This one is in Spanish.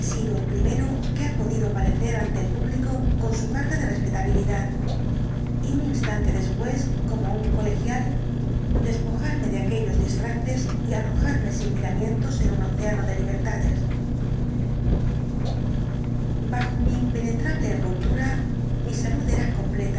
el primero que ha podido aparecer ante el público con su carga de respetabilidad y un instante después como un colegial despojarme de aquellos disfraces y arrojarme sin miramientos en un océano de libertades explicación completa del caso bajo mi impenetrable envoltura mi salud era